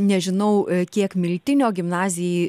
nežinau kiek miltinio gimnazijai